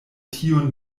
tiun